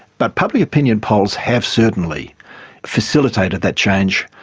but public opinion polls have certainly facilitated that change.